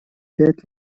пять